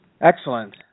Excellent